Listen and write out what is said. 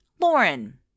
Lauren